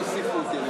תוסיף אותי,